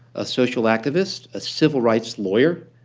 a social activist, a civil rights lawyer,